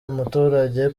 umuturage